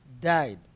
died